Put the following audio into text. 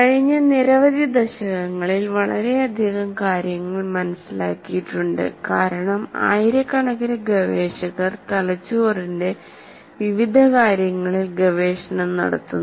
കഴിഞ്ഞ നിരവധി ദശകങ്ങളിൽ വളരെയധികം കാര്യങ്ങൾ മനസിലാക്കിയിട്ടുണ്ട് കാരണം ആയിരക്കണക്കിന് ഗവേഷകർ തലച്ചോറിന്റെ വിവിധ കാര്യങ്ങളിൽ ഗവേഷണം നടത്തുന്നു